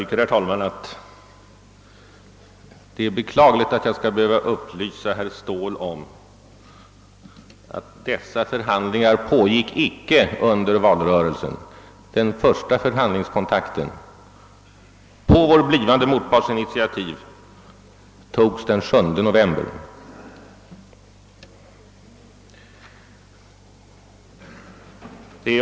Herr talman! Det är beklagligt att jag skall behöva upplysa herr Ståbl om att de omnämnda förhandlingarna icke pågick under valrörelsen. Den första kontakten togs på vår blivande motparts initiativ den 7 november.